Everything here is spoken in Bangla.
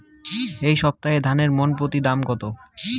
এই সপ্তাহে ধানের মন প্রতি দাম কত?